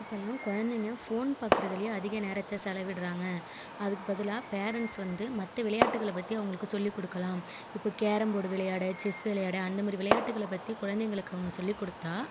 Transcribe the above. இப்போல்லாம் குழந்தைங்க ஃபோன் பார்க்கறதிலியே அதிக நேரத்தை செலவிட்டுறாங்கள் அதுக்கு பதிலாக பேரெண்ட்ஸ் வந்து மற்ற விளையாட்டுகள் பத்தி அவங்களுக்கு சொல்லி கொடுக்கலாம் இப்போது கேரம் போர்டு விளையாட செஸ் விளையாட அந்த மாதிரி விளையாட்டுகள் பற்றி குழந்தைங்களுக்கு அவங்க சொல்லிக் கொடுத்தால்